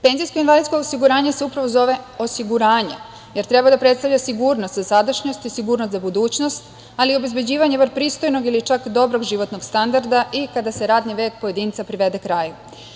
Penzijsko i invalidsko osiguranje se upravo zove osiguranje jer treba da predstavlja sigurnost sa sadašnjosti i sigurnost za budućnost, ali i obezbeđivanje bar pristojnog ili čak dobrog životnog standarda i kada se radni vek pojedinca privede kraju.